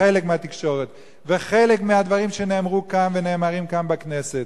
חלק מהתקשורת וחלק מהדברים שנאמרו כאן ונאמרים כאן בכנסת,